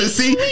see